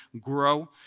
Grow